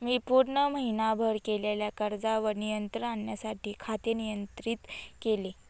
मी पूर्ण महीनाभर केलेल्या खर्चावर नियंत्रण आणण्यासाठी खाते नियंत्रित केले